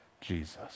Jesus